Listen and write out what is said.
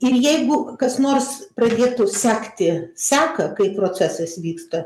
ir jeigu kas nors pradėtų sekti seką kaip procesas vyksta